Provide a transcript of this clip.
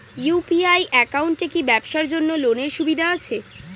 UPI একাউন্টে কি ব্যবসার জন্য লোনের সুবিধা আছে?